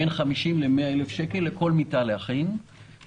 בין 50 100 אלף שקל להכנת כל מיטה.